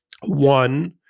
one